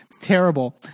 Terrible